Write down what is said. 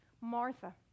Martha